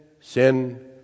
sin